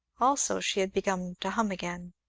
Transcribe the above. also she had begun to hum again.